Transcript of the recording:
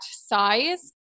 size